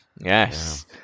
Yes